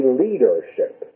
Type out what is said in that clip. leadership